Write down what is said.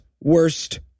worst